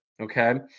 okay